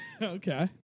Okay